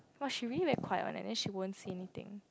!wah! she really very quiet one leh then she won't say anything